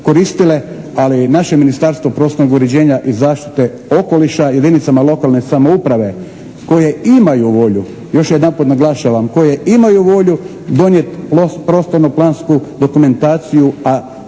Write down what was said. Ali naše Ministarstvo prostornog uređenja i zaštite okoliša jedinicama lokalne samouprave koje imaju volju, još jedanput naglašavam koje imaju volju donijeti prostorno plansku dokumentaciju